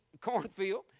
cornfield